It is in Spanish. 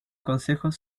consejos